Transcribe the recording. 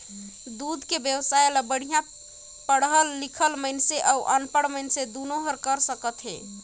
दूद के बेवसाय ल बड़िहा पड़हल लिखल मइनसे अउ अनपढ़ मइनसे दुनो हर कर सकथे